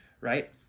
right